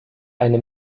eine